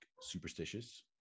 superstitious